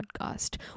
podcast